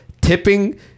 tipping